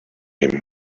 him